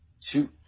Two